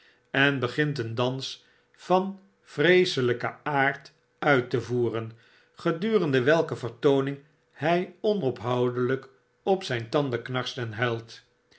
en begint een dans van vreeselijken aard uit te voeren gedurende welke vertooning htj onophoudelp op zyn tanden knarst en huilt